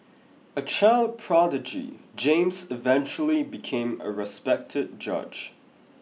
a child prodigy James eventually became a respected judge